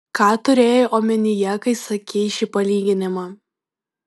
ką turėjai omenyje kai sakei šį palyginimą